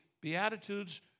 Beatitudes